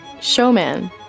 Showman